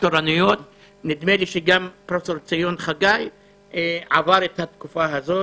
נדמה לי שגם פרופסור חגי עבר תקופה שכזו.